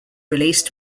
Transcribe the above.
released